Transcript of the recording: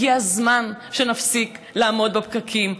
הגיע הזמן שנפסיק לעמוד בפקקים.